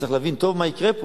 צריך להבין טוב מה יקרה פה.